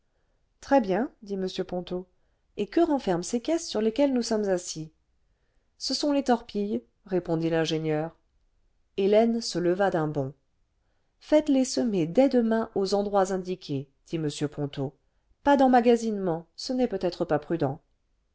très bien dit m ponto et que renferment qes caisses sur lesquelles nous sommes assis r ce sont les torpilles répondit l'ingénieur hélène se leva d'un bond faites-les semer dès demain aux endroits indiqués dit m ponto pas d'emmagasinement ce n'est peut-être pas prudent